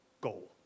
goal